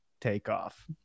takeoff